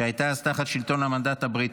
שהייתה אז תחת שלטון המנדט הבריטי,